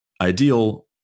ideal